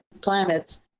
Planets